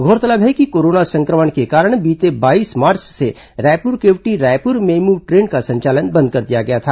गौरतलब है कि कोरोना संक्रमण के कारण बीते बाईस मार्च से रायपुर केवटी रायपुर भेमू ट्रेन का संचालन बंद कर दिया गया था